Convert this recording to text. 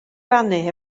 rannu